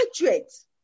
graduates